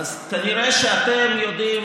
אז כנראה שאתם יודעים